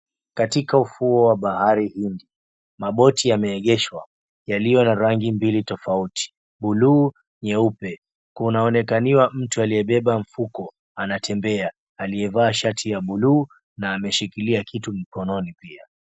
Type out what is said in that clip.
Katika ufuo wa bahari maboti yameegeshwa yaliyo na rangi mbili tofauti bluu na nyeupe kunaonekaniwa mtu aliyebeba mfuko anatembea akiwa amevaa shati ya blu na ameshikilia kitu mikononi pia.